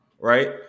Right